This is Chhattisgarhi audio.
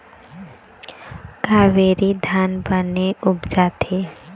कावेरी धान बने उपजथे?